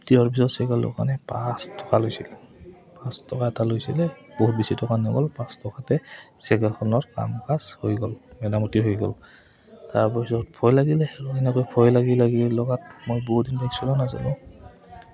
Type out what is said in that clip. দি অহাৰ পিছত চাইকেল দোকানীয়ে পাঁচ টকা লৈছিলে পাঁচ টকা এটা লৈছিলে বহুত বেছি টকা নগ'ল পাঁচ টকাতে চাইকেলখনৰ কাম কাজ হৈ গ'ল মেৰামতি হৈ গ'ল তাৰপিছত ভয় লাগিলে এনেকৈ ভয় লাগি লাগি লগাত মই বহুত দিন বাইক চলোৱা নাছিলোঁ